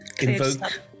invoke